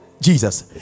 Jesus